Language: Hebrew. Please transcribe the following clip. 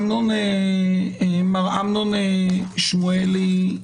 מר אמנון שמואלי,